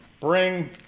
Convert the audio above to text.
Bring